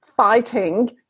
fighting